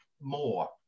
more